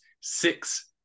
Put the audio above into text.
six